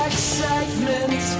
Excitement